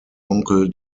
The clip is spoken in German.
onkel